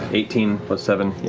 eighteen plus seven, yeah.